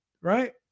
right